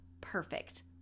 perfect